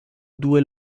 due